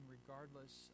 regardless